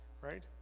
right